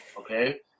Okay